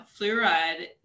fluoride